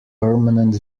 permanent